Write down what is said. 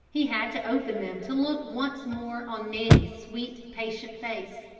he had to open them to look once more on nanny's sweet, patient face.